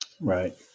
Right